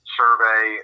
survey